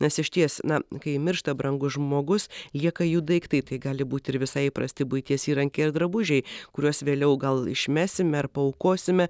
nes išties na kai miršta brangus žmogus lieka jų daiktai tai gali būti ir visai įprasti buities įrankiai ar drabužiai kuriuos vėliau gal išmesime ar paaukosime